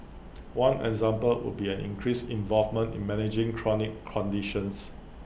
one example would be an increased involvement in managing chronic conditions